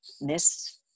miss